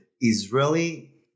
Israeli